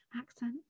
accent